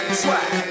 swag